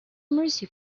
mercy